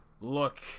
look